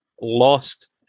lost